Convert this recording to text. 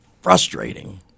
frustrating